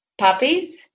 puppies